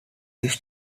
this